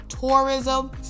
tourism